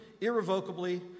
irrevocably